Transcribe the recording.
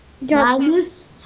Madness